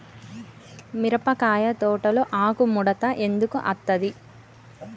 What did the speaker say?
మిరపకాయ తోటలో ఆకు ముడత ఎందుకు అత్తది?